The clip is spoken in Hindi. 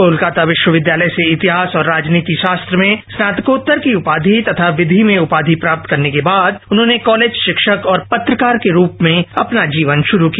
कोलकाता विश्वविद्यालय से इतिहास और राजनीति शास्त्र में स्नातकोत्तर की उपाधि तथा विधि में उपाधि प्राप्त करने के बाद उन्होंने कॉलेज शिक्षक और पत्रकार के रूप में अपना जीवन शुरू किया